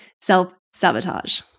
self-sabotage